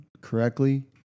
correctly